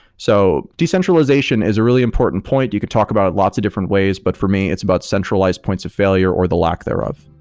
so decentralization is a really important point. you could talk about lots of different ways, but for me it's about centralized points of failure or the lack thereof.